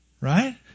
Right